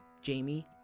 Jamie